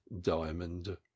Diamond